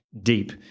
deep